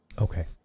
Okay